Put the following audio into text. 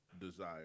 desire